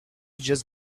just